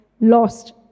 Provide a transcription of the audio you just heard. lost